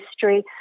history